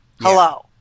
Hello